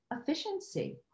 efficiency